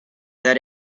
that